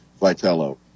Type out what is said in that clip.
Vitello